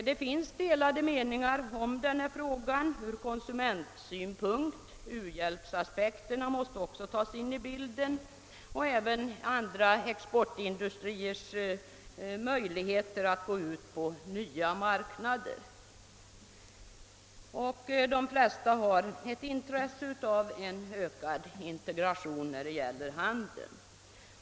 Det finns delade meningar om denna fråga ur konsumentsynpunkt, u-landsaspekter måste också tas med i bilden, liksom andra exportindustriers möjligheter att gå ut på nya marknader. De flesta har ett intresse av en ökad integration när det gäller handeln.